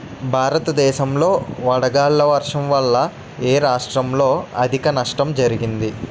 భారతదేశం లో వడగళ్ల వర్షం వల్ల ఎ రాష్ట్రంలో అధిక నష్టం జరిగింది?